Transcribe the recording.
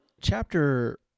chapter